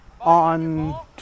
on